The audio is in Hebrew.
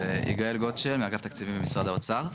אני מאגף תקציבים במשרד האוצר.